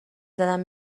زدن